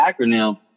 acronym